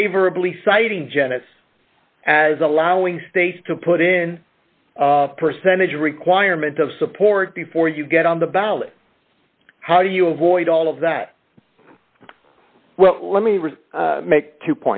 favorably citing genesis as allowing states to put in percentage requirement of support before you get on the ballot how do you avoid all of that well let me read make two